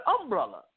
umbrella